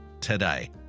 today